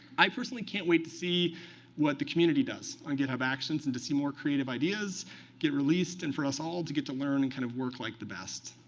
i personally can't wait to see what the community does on github actions and to see more creative ideas get released, and for us all to get to learn and kind of work like the best.